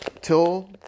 till